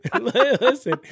Listen